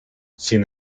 sin